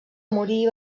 morir